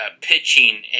pitching